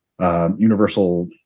universal